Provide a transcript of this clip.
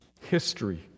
History